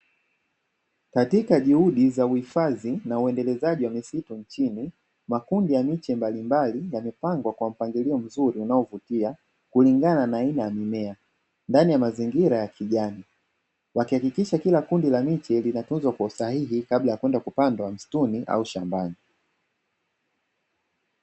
Katika juhudi za uhifadhi na uendelezaji wa misitu nchini, makundi ya miche mbalimbali yamepangwa kwa mpanagilio mzuri unaovutia, kulingana na aina ya mimea ndani ya mazingira ya kijani. Wakihakikisha kila kundi la miche linatunzwa kwa usahihi kabla ya kwenda kupandwa msituni au shambani.